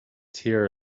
tear